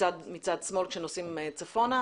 מצד שמאל, כשנוסעים צפונה.